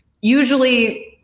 usually